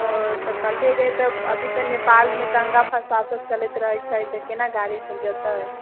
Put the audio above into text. ओ तऽ कल्हे जेबै अभी तऽ नेपालमे दंगा फसादसभ चलैत रहैत छै तऽ केना गाड़ीसभ जेतै